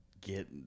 get